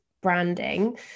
branding